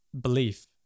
belief